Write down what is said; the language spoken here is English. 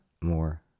more